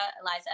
Eliza